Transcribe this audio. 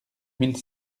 mille